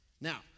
Now